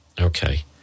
Okay